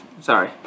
sorry